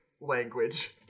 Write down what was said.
language